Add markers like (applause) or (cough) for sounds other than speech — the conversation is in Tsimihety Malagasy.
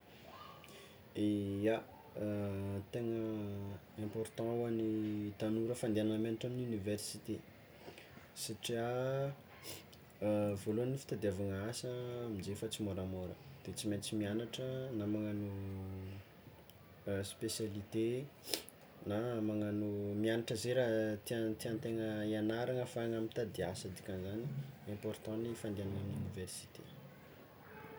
Ia, (hesitation) tegna important hoan'ny tanora fandiagna miagnatra amin'ny université satria (noise) (hesitation) voalohany fitadiavana asa amizao efa tsy môramôra de tsy maintsy miagnatra na magnagno spesialite (noise) na magnagno miagnatre ze raha tiàtiàntegna hiagnarana afahagna mitady asa dikan'izany important ny fandeanana amin'ny université.